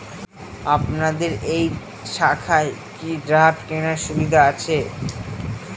আপনাদের এই শাখায় কি ড্রাফট কেনার সুবিধা আছে?